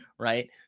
Right